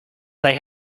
they